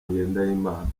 ngendahimana